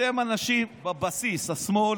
אתם אנשים, בבסיס, השמאל